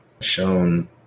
shown